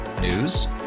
News